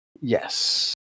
Yes